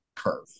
curve